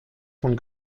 von